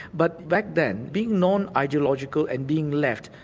but back then, being non-ideological and being left,